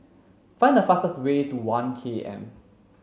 find the fastest way to One K M